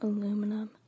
Aluminum